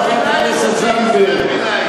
חברת הכנסת זנדברג,